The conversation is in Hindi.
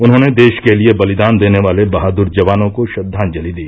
उन्होंने देश के लिए बलिदान देने वाले बहादुर जवानों को श्रद्वांजलि दी